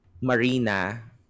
Marina